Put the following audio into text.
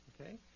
Okay